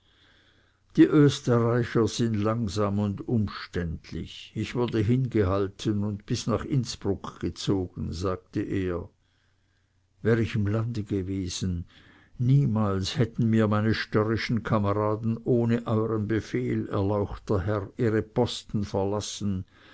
die österreicher sind langsam und umständlich ich wurde hingehalten und bis nach innsbruck gezogen sagte er wär ich im lande gewesen niemals hätten mir meine störrischen kameraden ohne euren befehl erlauchter herr ihre posten verlassen